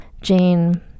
Jane